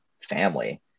family